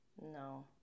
no